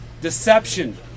Deception